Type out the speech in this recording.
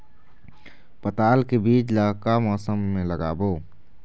पताल के बीज ला का मौसम मे लगाबो?